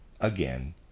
again